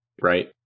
right